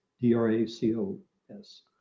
D-R-A-C-O-S